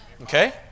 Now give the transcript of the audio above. okay